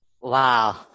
Wow